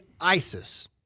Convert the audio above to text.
ISIS